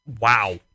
Wow